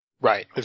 right